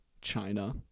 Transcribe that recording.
China